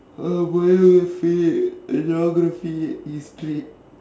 oh well if it it's all going to